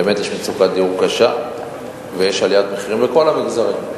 באמת יש מצוקת דיור קשה ויש עליית מחירים לכל המגזרים.